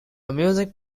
music